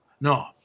No